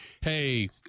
hey